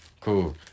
cool